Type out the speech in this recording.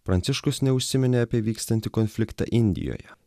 pranciškus neužsiminė apie vykstantį konfliktą indijoje